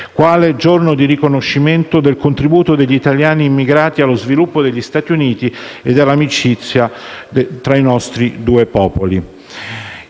quale giorno di riconoscimento del contributo degli immigrati italiani allo sviluppo degli Stati Uniti e dell'amicizia tra i nostri due popoli.